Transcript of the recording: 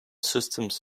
systems